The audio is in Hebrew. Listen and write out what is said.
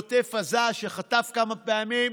בעוטף עזה, שחטף כמה פעמים.